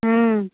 ହଁ